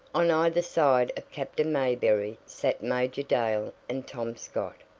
on either side of captain mayberry sat major dale and tom scott,